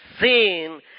seen